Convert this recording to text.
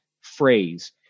phrase